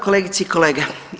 Kolegice i kolege.